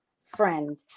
friend